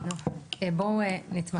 בואו נתמקד, כן.